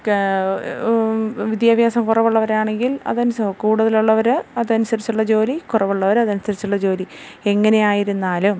വിദ്യാഭ്യാസം കുറവുള്ളവരാണെങ്കിൽ അതനുസരിച്ച് കൂടുതലുള്ളവര് അതനുസരിച്ചുള്ള ജോലി കുറവുള്ളവരതനുസരിച്ചുള്ള ജോലി എങ്ങനെയായിരുന്നാലും